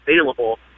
available